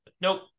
nope